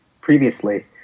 previously